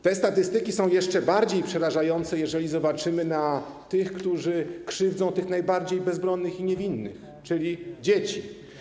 Te statystyki są jeszcze bardziej przerażające, jeżeli spojrzymy na tych, którzy krzywdzą najbardziej bezbronnych i niewinnych, czyli dzieci.